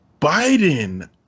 Biden